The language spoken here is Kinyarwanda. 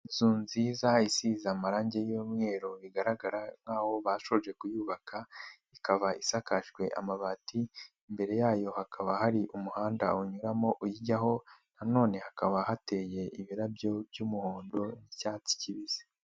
Inzu nziza isize amarange y'umweru bigaragara nkaho bashoje kuyubaka ikaba isakajwe amabati, imbere yayo hakaba hari umuhanda unyuramo uyijyaho nanone hakaba hateye ibirabyo by'umuhondo n'icyatsi kibisi.